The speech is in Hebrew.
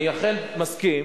אני אכן מסכים